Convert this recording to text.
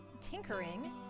tinkering